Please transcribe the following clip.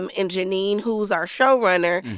um and janine, who's our showrunner.